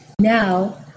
Now